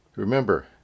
Remember